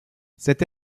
cette